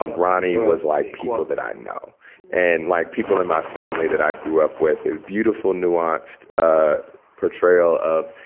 um ronnie was like people that i know and like people in my family that i grew up with. beautiful, nuanced ah portrayal of,